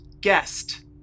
guest